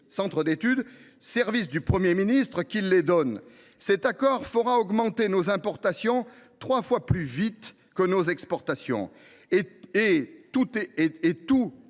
Cepii, un service du Premier ministre, la révèle : cet accord fera augmenter nos importations trois fois plus vite que nos exportations. En tout et